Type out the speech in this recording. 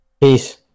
Peace